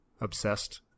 obsessed